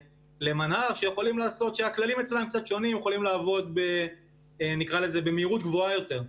למנה"ר שיכול לעבוד במהירות קצת גבוהה יותר.